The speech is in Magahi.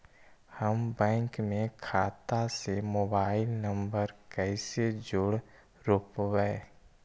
हम बैंक में खाता से मोबाईल नंबर कैसे जोड़ रोपबै?